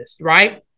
right